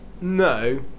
No